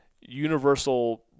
universal